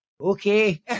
okay